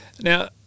Now